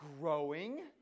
growing